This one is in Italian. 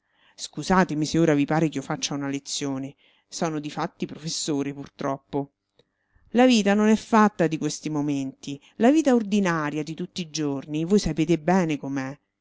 lezione sono di fatti professore purtroppo la vita non è fatta di questi momenti la vita ordinaria di tutti i giorni voi sapete bene com'è